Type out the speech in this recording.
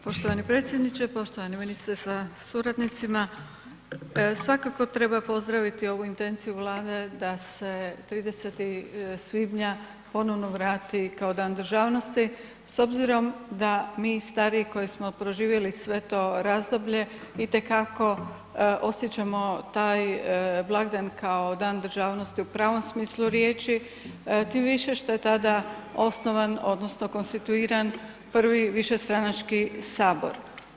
Poštovani predsjedniče, poštovani ministre sa suradnicima svakako treba pozdraviti ovu intenciju Vlade da se 30. svibnja ponovno vrati kao Dan državnosti s obzirom da mi stariji koji smo proživjeli sve to razdoblje itekako osjećamo taj blagdan kao Dan državnosti u pravom smislu riječi tim više što je tada osnovan odnosno konstituiran prvi višestranački sabor.